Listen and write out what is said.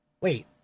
Wait